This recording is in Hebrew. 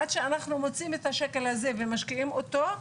עד שאנחנו מוצאים את השקל הזה ומשקיעים אותו,